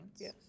Yes